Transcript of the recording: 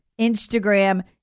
Instagram